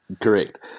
Correct